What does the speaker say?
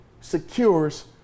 secures